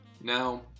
Now